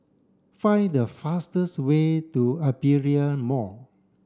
find the fastest way to Aperia Mall